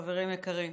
חברים יקרים,